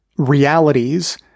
realities